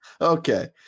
Okay